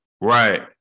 Right